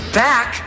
back